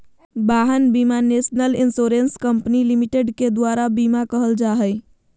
वाहन बीमा National Insurance Company Limited के दुआर बीमा कहल जाहइ